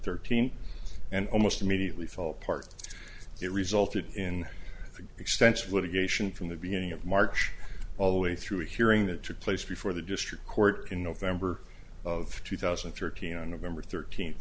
thirteen and almost immediately fall apart it resulted in the expense of litigation from the beginning of march all the way through a hearing that took place before the district court in november of two thousand and thirteen on november thirteenth